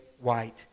white